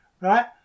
right